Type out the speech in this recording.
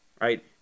right